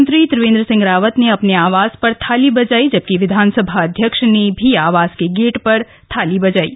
मुख्यमंत्री त्रिवेन्द्र सिंह रावत ने अपने आवास पर थाली बजायी जबकि विधानसभा अध्यक्ष ने भी आवास के गेट पर थाली बाजायी